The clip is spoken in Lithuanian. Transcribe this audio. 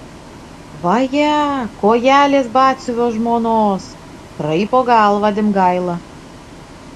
vaje kojelės batsiuvio žmonos kraipo galvą dimgaila